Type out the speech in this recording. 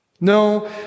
No